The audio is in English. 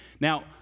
Now